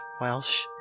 welsh